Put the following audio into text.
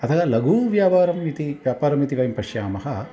अतः लघुव्यापरम् इति व्यापरम् इति वयं पश्यामः